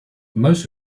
most